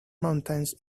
mountains